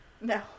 No